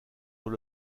dans